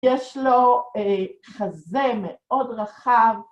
יש לו חזה מאוד רחב.